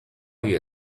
you